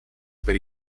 per